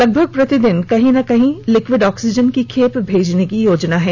लगभग प्रतिदिन कहीं ना कहीं लिक्विड ऑक्सीजन की खेप भेजने की योजना है